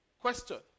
Question